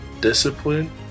discipline